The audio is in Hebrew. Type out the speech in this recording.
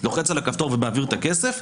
לוחץ על הכפתור ומעביר את הכסף,